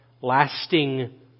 lasting